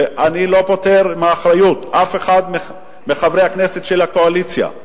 ואני לא פוטר מאחריות אף אחד מחברי הכנסת של הקואליציה,